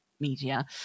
media